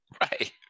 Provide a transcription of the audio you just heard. right